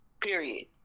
Period